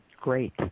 great